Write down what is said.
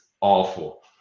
awful